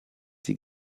die